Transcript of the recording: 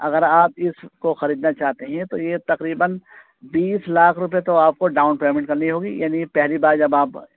اگر آپ اس کو خریدنا چاہتے ہیں تو یہ تقریباً بیس لاکھ روپے تو آپ کو ڈاؤن پیمنٹ کرنی ہوگی یعنی پہلی بار جب آپ